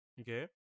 Okay